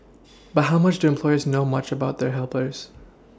but how much do employers know much about their helpers